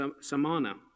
Samana